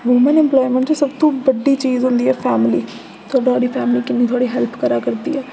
woman employment च सबतूं बड्डी चीज होंदी ऐ फैमिली कि थुआढ़ी फैमिली किन्नी थुआढ़ी हैल्प करै करदी ऐ